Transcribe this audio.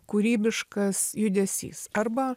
kūrybiškas judesys arba